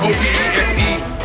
O-B-E-S-E